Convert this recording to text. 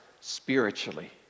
spiritually